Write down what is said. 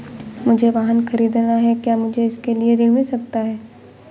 मुझे वाहन ख़रीदना है क्या मुझे इसके लिए ऋण मिल सकता है?